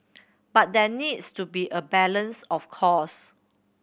but there needs to be a balance of course